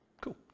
Cool